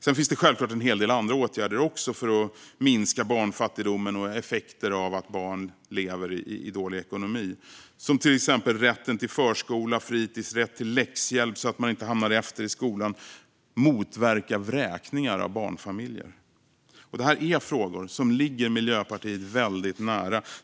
Sedan finns det självklart en hel del andra åtgärder för att minska barnfattigdomen och effekterna av att barn lever i dålig ekonomi. Det handlar till exempel om rätten till förskola, fritis och läxhjälp - så att man inte hamnar efter i skolan - samt om att motverka vräkningar av barnfamiljer. Det här är frågor som ligger Miljöpartiet väldigt nära.